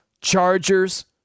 Chargers